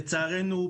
לצערנו,